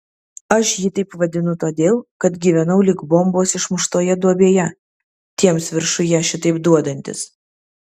aš jį taip vadinu todėl kad gyvenau lyg bombos išmuštoje duobėje tiems viršuje šitaip duodantis